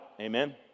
Amen